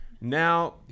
Now